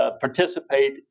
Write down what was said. participate